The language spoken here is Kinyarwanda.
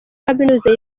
kaminuza